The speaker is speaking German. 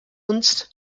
uns